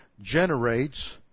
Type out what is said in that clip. Generates